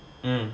mm